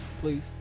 please